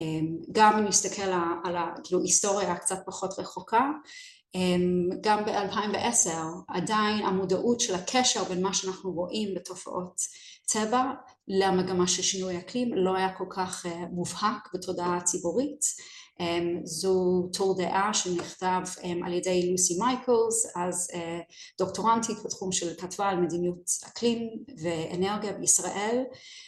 אמ... גם אם נסתכל על ה... כאילו, היסטוריה הקצת פחות רחוקה, גם ב-2010, עדיין המודעות של הקשר בין מה שאנחנו רואים בתופעות צבע למגמה של שינוי אקלים לא היה כל כך מובהק בתודעה הציבורית. זו טור דעה שנכתב על ידי לוסי מייקלס, אז דוקטורנטית בתחום של... כתבה על מדיניות אקלים ואנרגיה בישראל ...